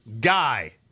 guy